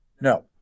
No